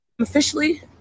Officially